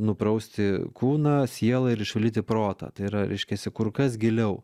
nuprausti kūną sielą ir išvalyti protą tai yra reiškiasi kur kas giliau